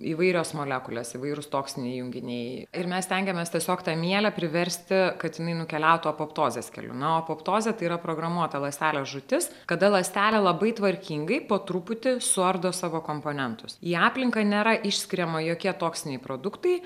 įvairios molekulės įvairūs toksiniai junginiai ir mes stengiamės tiesiog tą mielę priversti kad jinai nukeliautų apoptozės keliu na o apoptozę tai yra programuota ląstelės žūtis kada ląstelė labai tvarkingai po truputį suardo savo komponentus į aplinką nėra išskiriama jokie toksiniai produktai